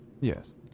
Yes